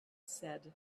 said